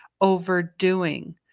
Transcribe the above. overdoing